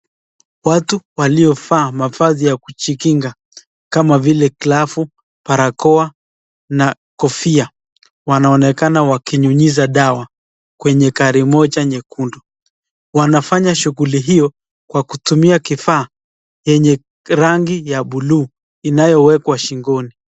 Watu waliovaa mavazi ya kujikinga kama vile; glavu, barakoa na kofia , wanaonekana wakinyunyiza dawa kwenye gari moja nyekundu. Wanafanya shughuli hio kwa kutumia kifaa yenye rangi ya bluu inayowekwa shingoni.